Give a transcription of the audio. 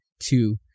two